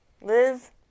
Liz